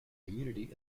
community